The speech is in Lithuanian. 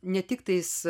ne tik tais